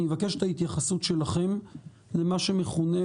אני מבקש את ההתייחסות שלכם למה שמכונה: